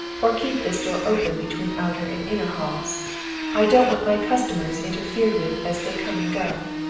or keep this door open between outer and inner halls i don't want my customers interfered with as they come and go.